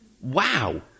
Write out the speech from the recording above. Wow